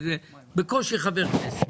בקושי חבר כנסת.